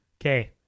okay